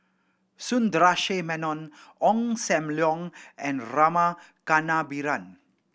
Sundaresh Menon Ong Sam Leong and Rama Kannabiran